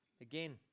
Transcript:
Again